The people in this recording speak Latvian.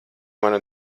mana